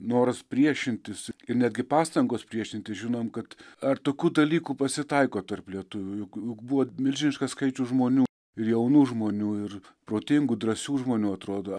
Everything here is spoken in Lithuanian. noras priešintis ir netgi pastangos priešintis žinom kad ar tokių dalykų pasitaiko tarp lietuvių juk juk buvo milžiniškas skaičius žmonių ir jaunų žmonių ir protingų drąsių žmonių atrodo